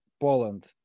Poland